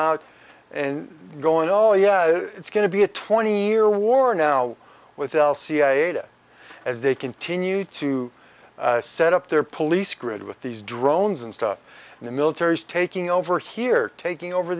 out and going oh yeah it's going to be a twenty year war now without cia as they continue to set up their police grid with these drones and stuff and the military is taking over here taking over